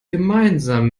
gemeinsam